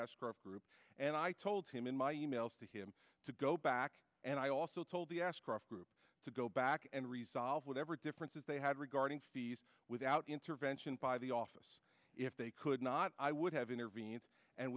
escrow group and i told him in my emails to him to go back and i also told the ashcroft group to go back and resolve whatever differences they had regarding fees without intervention by the office if they could not i would have intervened and